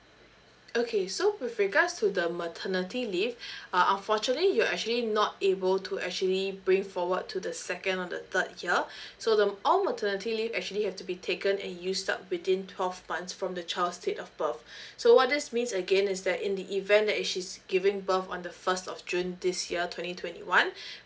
okay so with regards to the maternity leave uh unfortunately you actually not able to actually bring forward to the second or the third year so the all maternity leave actually have to be taken and used up within twelve months from the child's date of birth so what this means again is that in the event that she's giving birth on the first of june this year twenty twenty one